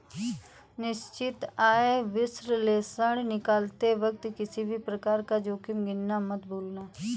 निश्चित आय विश्लेषण निकालते वक्त किसी भी प्रकार का जोखिम गिनना मत भूलना